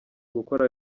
gukora